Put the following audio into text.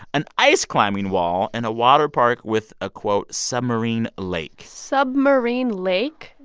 an ice-climbing wall and a water park with a, quote, submarine lake. submarine lake?